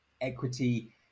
equity